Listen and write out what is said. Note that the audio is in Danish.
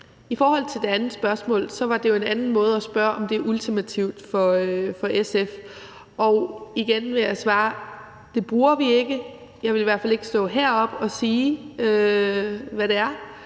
I forhold til det andet spørgsmål var det jo en anden måde at spørge på, om det er ultimativt for SF. Og igen vil jeg svare, at det bruger vi ikke. Jeg vil i hvert fald ikke stå heroppe og sige, hvad det er.